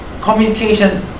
Communication